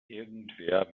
irgendwer